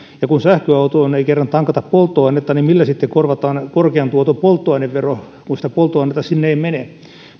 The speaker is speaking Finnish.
ja kun sähköautoon ei kerran tankata polttoainetta niin millä sitten korvataan korkean tuoton polttoainevero kun sitä polttoainetta sinne ei mene